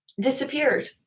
Disappeared